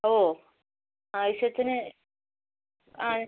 ഓ ആവശ്യത്തിന് ആ